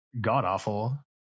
God-awful